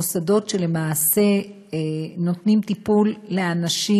מוסדות שלמעשה נותנים טיפול לאנשים